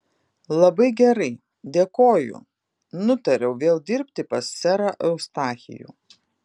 labai gerai dėkoju nutariau vėl dirbti pas serą eustachijų